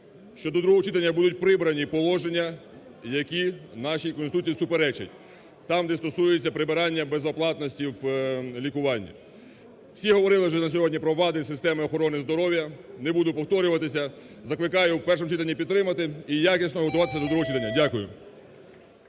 що до другого читання будуть прибрані положення, які нашій Конституції суперечать. Там, де стосується прибирання безоплатності в лікуванні. Всі говорили вже на сьогодні про вади системи охорони здоров'я. Не буду повторюватись. Закликаю в першому читанні підтримати і якісно готуватись до другого читання. Дякую.